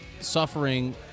suffering